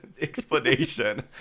explanation